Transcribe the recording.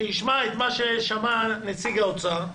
שישמע את מה ששמע נציג האוצר,